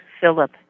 Philip